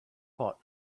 pot